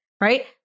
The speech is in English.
Right